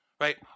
right